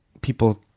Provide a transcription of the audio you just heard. people